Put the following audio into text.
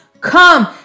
come